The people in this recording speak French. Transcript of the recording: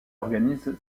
organise